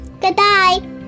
Goodbye